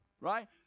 right